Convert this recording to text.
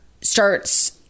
starts